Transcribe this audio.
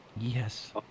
Yes